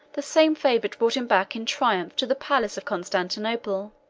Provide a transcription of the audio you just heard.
the same favorite brought him back in triumph to the palace of constantinople.